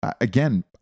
again